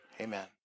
amen